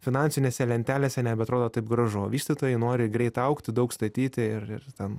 finansinėse lentelėse nebeatrodo taip gražu o vystytojai nori greit augti daug statyti ir ir ten